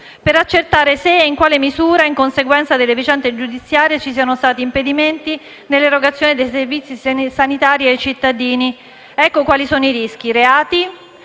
per accertare se e in quale misura, in conseguenza delle vicende giudiziarie, ci siano stati impedimenti nell'erogazione dei servizi sanitari ai cittadini. Ecco quali sono i rischi: reati,